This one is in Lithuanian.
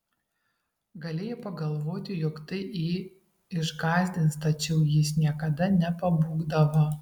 galėjai pagalvoti jog tai jį išgąsdins tačiau jis niekada nepabūgdavo